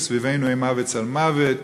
"וסביבנו אימה וצלמוות".